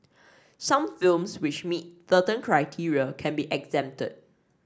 some films which meet certain criteria can be exempted